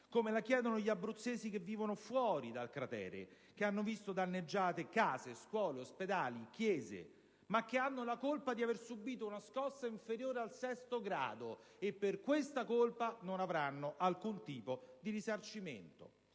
come chiedono gli abruzzesi che vivono fuori dal cratere, che hanno visto danneggiate case, scuole, ospedali, chiese, ma che hanno la colpa di aver subito una scossa inferiore al sesto grado, e per questa colpa non avranno alcun tipo di risarcimento.